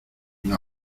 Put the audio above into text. una